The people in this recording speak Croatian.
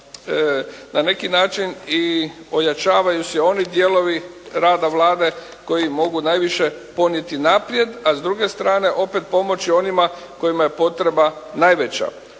na neki način i ojačavaju se oni dijelovi rada Vlade koji mogu najviše ponijeti naprijed, a s druge strane opet pomoći onima kojima je potreba najveća.